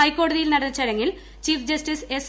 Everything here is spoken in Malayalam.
ഹൈക്കോടതിയിൽ നടന്ന ചടങ്ങിൽ ചീഫ് ജസ്റ്റിസ് എസ്